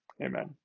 Amen